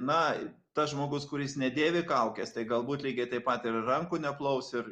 na tas žmogus kuris nedėvi kaukės tai galbūt lygiai taip pat ir rankų neplaus ir